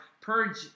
purge